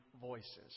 voices